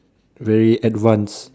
very advanced